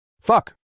Fuck